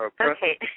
Okay